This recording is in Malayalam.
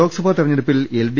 ലോക്സഭാ തെരഞ്ഞെടുപ്പിൽ ാഎൽഡി